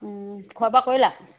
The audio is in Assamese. খোৱা বােৱা কৰিলা